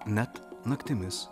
net naktimis